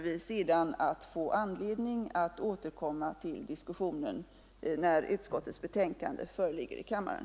Vi får anledning att återkomma till diskussionen när utskottets betänkande föreligger i kammaren.